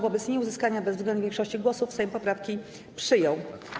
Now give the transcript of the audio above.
Wobec nieuzyskania bezwzględnej większości głosów Sejm poprawki przyjął.